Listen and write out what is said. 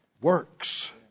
works